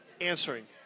answering